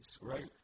Right